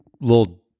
little